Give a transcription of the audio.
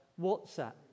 WhatsApp